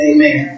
Amen